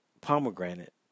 pomegranate